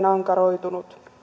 ankaroitunut